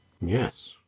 Yes